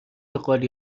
قالی